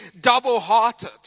double-hearted